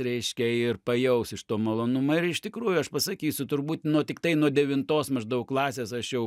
reiškia ir pajaus iš to malonumą ir iš tikrųjų aš pasakysiu turbūt nuo tiktai nuo devintos maždaug klasės aš jau